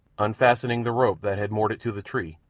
unfastening the rope that had moored it to the tree,